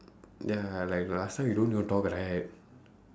ya like last time we don't even talk right